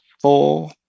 four